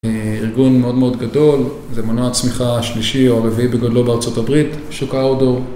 ארגון מאוד מאוד גדול, זה מנוע צמיחה שלישי או רביעי בגודלו בארה״ב, שוק אורדור